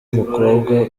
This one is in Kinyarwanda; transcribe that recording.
mukobwa